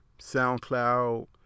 SoundCloud